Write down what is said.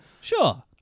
Sure